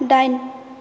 दाइन